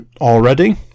already